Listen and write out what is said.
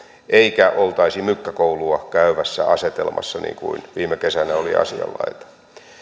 eikä oltaisi mykkäkoulua käyvässä asetelmassa niin kuin viime kesänä oli asianlaita